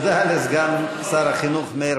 לא יהיו, הא?